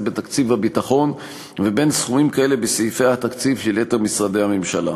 בתקציב הביטחון לבין סכומים כאלה בסעיפי התקציב של יתר משרדי הממשלה.